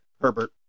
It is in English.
Herbert